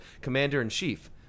Commander-in-Chief